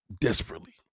desperately